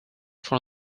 from